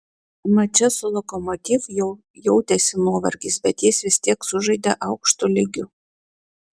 mače su lokomotiv jau jautėsi nuovargis bet jis vis tiek sužaidė aukštu lygiu